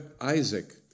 Isaac